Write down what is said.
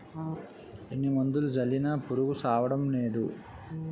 ఎన్ని మందులు జల్లినా పురుగు సవ్వడంనేదు